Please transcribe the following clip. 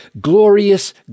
glorious